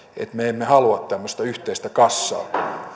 että me emme halua tämmöistä yhteistä kassaa